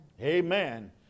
Amen